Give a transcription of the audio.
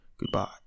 goodbye